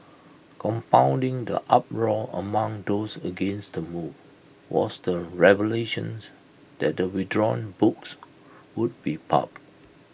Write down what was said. compounding the uproar among those against the move was the revelations that the withdrawn books would be pulped